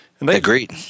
Agreed